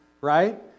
Right